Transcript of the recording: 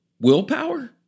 willpower